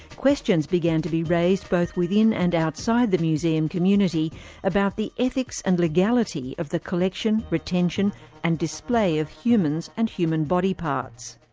questions began to be raised both within and outside the museum community about the ethics and legality of the collection, retention and display of humans and human body parts.